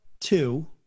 two